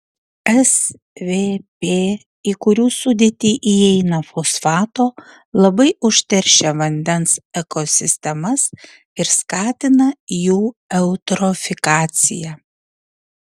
svp į kurių sudėtį įeina fosfato labai užteršia vandens ekosistemas ir skatina jų eutrofikaciją